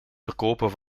verkopen